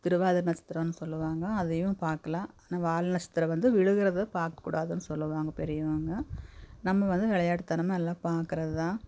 திருவாதிர நட்சத்திரன்னு சொல்லுவாங்க அதையும் பார்க்லாம் ஆனால் வால் நட்சத்திரம் வந்து விழுகிறத பார்க்க கூடாதுனு சொல்லுவாங்க பெரியவங்க நம்ம வந்து விளையாட்டு தனமாக எல்லாம் பார்க்குறது தான்